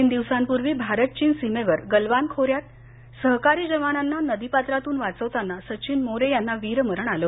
तीन दिवसांपूर्वी भारत चीन सीमेवर गलवान खोऱ्यात सहकारी जवानांना नदीपात्रातून वाचवताना सचिन मोरे यांना वीरमरण आलं